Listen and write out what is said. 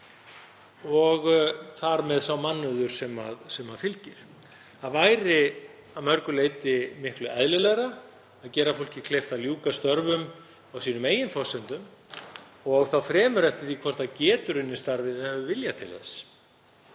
og þar með sá mannauður sem fylgir. Það væri að mörgu leyti miklu eðlilegra að gera fólki kleift að ljúka störfum á sínum eigin forsendum og þá fremur eftir því hvort það getur unnið starfið eða hefur vilja til þess.